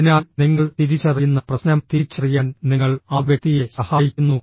അതിനാൽ നിങ്ങൾ തിരിച്ചറിയുന്ന പ്രശ്നം തിരിച്ചറിയാൻ നിങ്ങൾ ആ വ്യക്തിയെ സഹായിക്കുന്നു